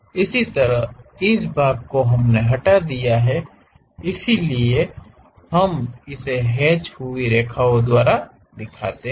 इसी तरह इस भाग को हमने हटा दिया है इसलिए हम इसे हैच हुई रेखाओं द्वारा दिखाते हैं